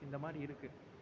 இந்த மாதிரி இருக்குது